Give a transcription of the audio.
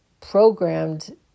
programmed